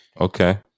okay